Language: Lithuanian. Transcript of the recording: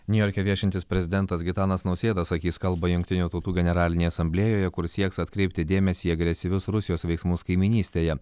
niujorke viešintis prezidentas gitanas nausėda sakys kalbą jungtinių tautų generalinėje asamblėjoje kur sieks atkreipti dėmesį į agresyvius rusijos veiksmus kaimynystėje